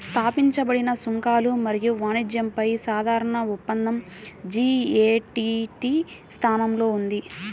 స్థాపించబడిన సుంకాలు మరియు వాణిజ్యంపై సాధారణ ఒప్పందం జి.ఎ.టి.టి స్థానంలో ఉంది